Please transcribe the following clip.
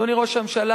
אדוני ראש הממשלה,